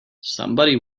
somebody